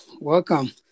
Welcome